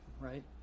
right